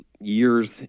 years